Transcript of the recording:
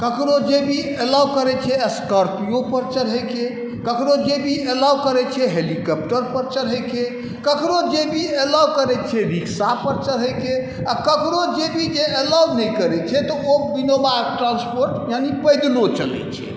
ककरो जेबी एलाउ करै छै स्कार्पिओपर चढ़ैके ककरो जेबी एलाउ करै छै हेलीकॉप्टरपर चढ़ैके ककरो जेबी एलाउ करै छै रिक्शा चढ़ै छै आओर ककरो जेबी जे एलाउ नहि करै छी तऽ ओ विनोवा ट्रान्सपोर्ट यानी पैदलो चलै छै